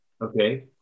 Okay